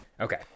Okay